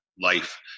life